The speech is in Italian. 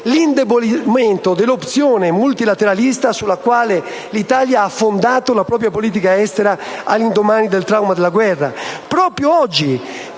l'indebolimento dell'opzione multilateralista, sulla quale l'Italia ha fondato la propria politica estera all'indomani del trauma della guerra,